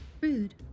Rude